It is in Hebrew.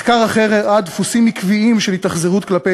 מחקר אחר הראה דפוסים עקביים של התאכזרות כלפי